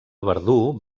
verdú